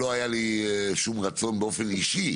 לא היה לי שום רצון באופן אישי